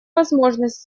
возможность